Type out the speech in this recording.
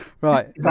right